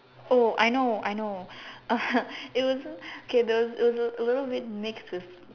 oh I know I know uh it wasn't K there was it was a little bit mixed with